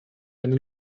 eine